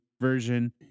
version